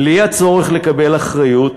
בלי הצורך לקבל אחריות,